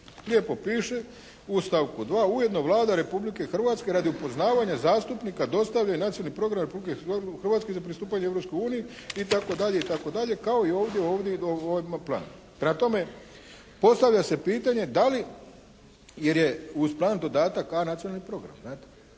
Lijepo piše u stavku 2.: Ujedno Vlada Republike Hrvatske radi upoznavanja zastupnika dostavlja Nacionalni program Republike Hrvatske za pristupanje Europskoj uniji itd. itd. kao i ovdje u ovom planu. Prema tome postavlja se pitanje da li, jer je uz plan dodatak a) Nacionalni program,